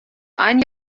ein